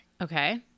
okay